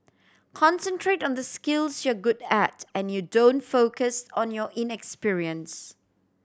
concentrate on the skills you're good at and you don't focus on your inexperience